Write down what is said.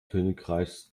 königreichs